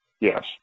Yes